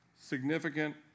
significant